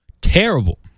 Terrible